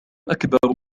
أكبر